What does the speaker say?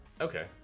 Okay